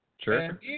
Sure